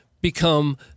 become